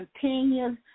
continue